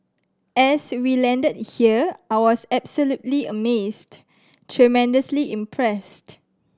as we landed here I was absolutely amazed tremendously impressed